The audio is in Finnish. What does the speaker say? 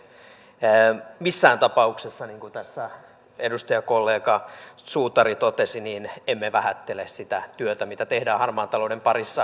niin missään tapauksessa niin kuin tässä edustajakollega suutari totesi emme vähättele sitä työtä mitä tehdään harmaan talouden parissa